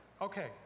Okay